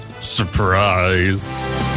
Surprise